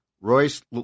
Royce